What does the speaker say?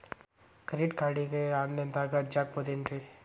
Credit ಕಾರ್ಡ್ಗೆ online ದಾಗ ಅರ್ಜಿ ಹಾಕ್ಬಹುದೇನ್ರಿ?